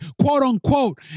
quote-unquote